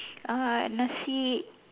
uh nasi